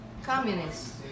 communist